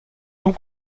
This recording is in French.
donc